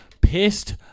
Pissed